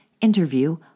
interview